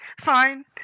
fine